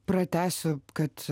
pratęsiu kad